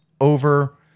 over